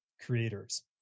creators